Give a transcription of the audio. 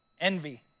envy